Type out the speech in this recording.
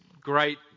great